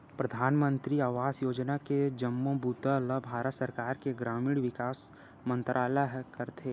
परधानमंतरी आवास योजना के जम्मो बूता ल भारत सरकार के ग्रामीण विकास मंतरालय ह करथे